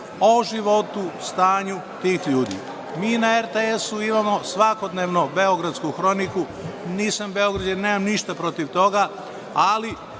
o životu, stanju tih ljudi. Mi na RTS imamo svakodnevno „Beogradsku hroniku“. Nisam Beograđanin i nemam ništa protiv toga, ali